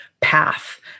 path